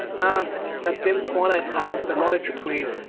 and that dim twilight house that lies between.